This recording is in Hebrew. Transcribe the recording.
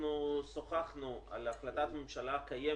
שוחחנו על החלטת ממשלה קיימת,